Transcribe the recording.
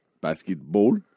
basketball